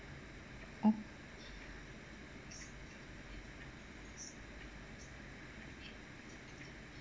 oh